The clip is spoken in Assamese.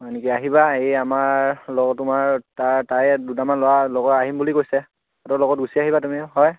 হয় নেকি আহিবা এই আমাৰ লগ তোমাৰ তাৰে তাৰে দুটামান ল'ৰা লগৰ আহিম বুলি কৈছে সিহঁতৰ লগত গুচি আহিবা তুমিও হয়